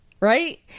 Right